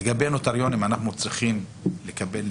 לגבי נוטריונים, אנחנו צריכים לקבל נתונים,